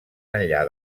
enllà